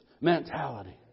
mentality